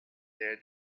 their